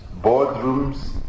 boardrooms